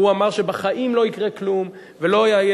הוא אמר שבחיים לא יקרה כלום ולא יהיה